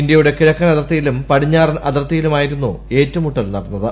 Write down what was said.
ഇന്ത്യയുടെ കിഴക്കൻ അതിർത്തിയിലും പടിഞ്ഞാറൻ അതിർത്തിയിലും ആയിരുന്നു ഏറ്റുമുട്ടൽ നടന്നത്